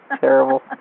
Terrible